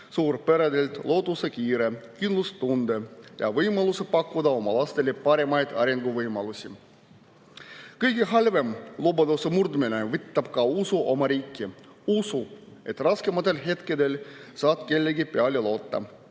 suurperedelt lootusekiire, kindlustunde ja võimaluse pakkuda oma lastele paremaid arenguvõimalusi. Kõige halvem: lubaduse murdmine võtab ka usu oma riiki. Usu, et raskematel hetkedel saad kellegi peale loota.